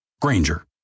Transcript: Granger